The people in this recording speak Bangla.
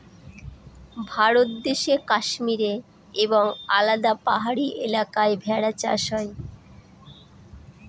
ভারত দেশে কাশ্মীরে এবং আলাদা পাহাড়ি এলাকায় ভেড়া চাষ হয়